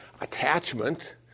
attachment